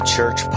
Church